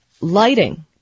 Lighting